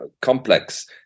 complex